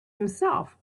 himself